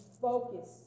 focus